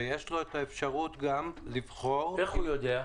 ויש לו האפשרות לבחור- -- איך הוא יודע?